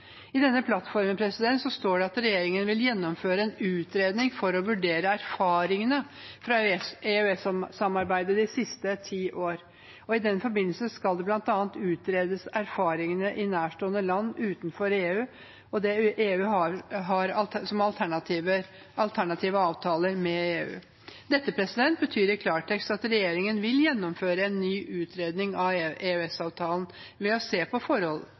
I plattformen står det at regjeringen vil «gjennomføre en utredning for å vurdere erfaringene fra EØS-samarbeidet de siste 10 år. I den forbindelse skal det blant annet utredes erfaringene nærstående land utenfor EU har med alternative avtaler med EU». Dette betyr i klartekst at regjeringen vil gjennomføre en ny utredning av EØS-avtalen ved å se på